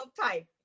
type